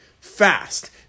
fast